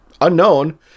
unknown